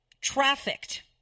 Trafficked